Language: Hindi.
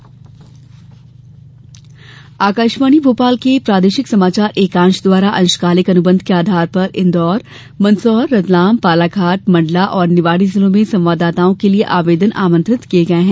अंशकालिक संवाददाता आकाशवाणी भोपाल के प्रादेशिक समाचार एकांश द्वारा अंशकालिक अनुबंध के आधार पर इन्दौर मंदसौर रतलाम बालाघाट मंडला और निवाड़ी जिलों में संवाददाताओं के लिये आवेदन आमंत्रित किये गये हैं